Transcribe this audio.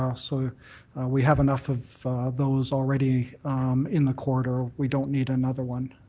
ah so we have enough of those already in the corridor, we don't need another one.